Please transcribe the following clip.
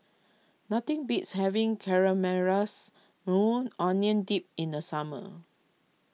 nothing beats having Caramelized Maui Onion Dip in the summer